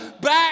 back